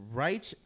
right